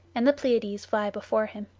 and the pleiads fly before him.